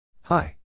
Hi